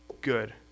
good